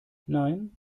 nein